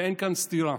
ואין כאן סתירה.